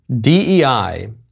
DEI